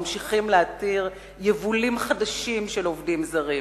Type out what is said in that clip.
ממשיכים להתיר "יבולים" חדשים של עובדים זרים?